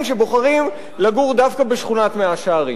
שבוחרים לגור דווקא בשכונת מאה-שערים.